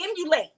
emulate